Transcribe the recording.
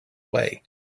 way